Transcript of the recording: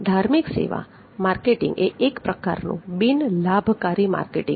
ધાર્મિક સેવા માર્કેટિંગ એ એક પ્રકારનું બિનલાભકારી માર્કેટિંગ છે